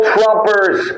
Trumpers